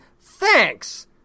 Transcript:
thanks